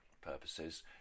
purposes